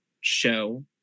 show